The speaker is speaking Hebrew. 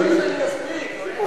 אני מקווה שאני אספיק.